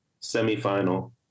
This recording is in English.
semifinal